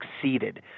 succeeded